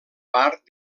part